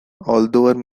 although